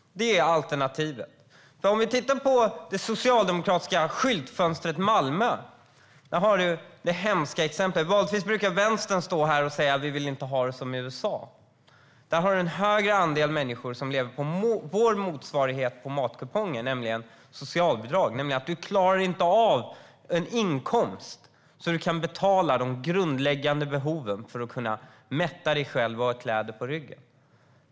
Det är alternativet. Vi kan titta på det socialdemokratiska skyltfönstret Malmö - där har vi det hemska exemplet. Vanligtvis brukar Vänstern stå här och säga att de inte vill ha det som i USA. I Malmö har man en större andel människor som lever på vår motsvarighet till matkuponger, nämligen socialbidrag. De klarar inte av att ha en inkomst för att betala de grundläggande behoven och för att kunna mätta sig själva och ha kläder på sig.